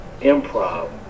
improv